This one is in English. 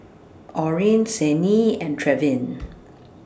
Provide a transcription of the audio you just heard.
Orin Signe and Trevin